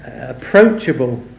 approachable